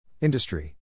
Industry